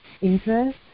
interest